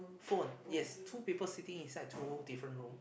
phone yes two people sitting inside two different room